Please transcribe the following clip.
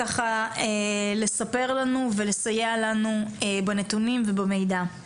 לספר לנו ולסייע לנו בנתונים ובמידע.